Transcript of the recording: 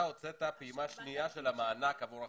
אתה הוצאת פעימה שנייה של המענק עבור החיילים.